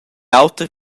auter